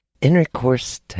intercourse